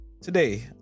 Today